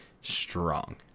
strong